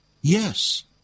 Yes